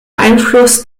einfluss